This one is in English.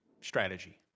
strategy